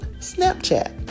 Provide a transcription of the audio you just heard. Snapchat